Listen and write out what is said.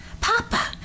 Papa